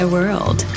World